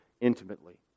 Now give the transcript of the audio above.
intimately